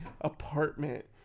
apartment